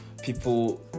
people